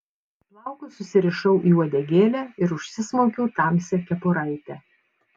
plaukus susirišau į uodegėlę ir užsismaukiau tamsią kepuraitę